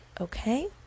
okay